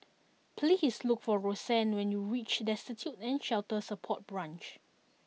please look for Roseann when you reach Destitute and Shelter Support Branch